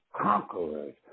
conquerors